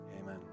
Amen